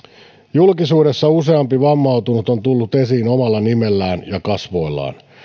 julkisuudessa useampi vammautunut on tullut esiin omalla nimellään ja kasvoillaan